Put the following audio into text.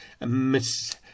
Miss